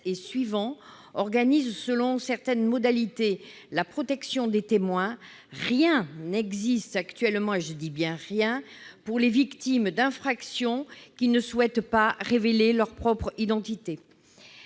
pénale organisent selon certaines modalités la protection des témoins, rien n'existe actuellement- je dis bien : rien -pour les victimes d'infractions qui ne souhaitent pas révéler leur propre identité.